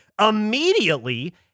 immediately